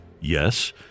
yes